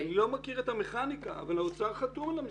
אני לא מכיר את המכניקה, אבל האוצר חתום על המסמך.